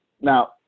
Now